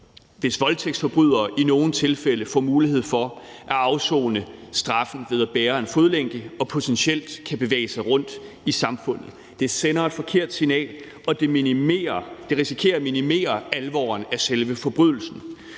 hvis voldtægtsforbrydere i nogle tilfælde får mulighed for at afsone straffen ved at bære en fodlænke og potentielt kan bevæge sig rundt i samfundet. Det sender et forkert signal, og det risikerer at minimere alvoren af selve forbrydelsen.